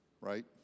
right